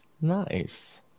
nice